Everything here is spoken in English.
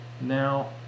Now